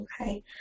okay